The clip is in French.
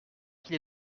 qu’il